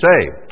saved